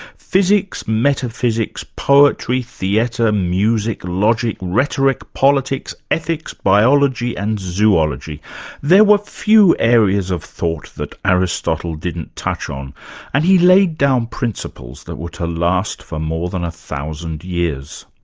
physics, metaphysics, poetry, theatre, music, logic, rhetoric, politics, ethics, biology and zoology there were few areas of thought that aristotle didn't touch on and he laid down principles that were to last for more than a thousand years.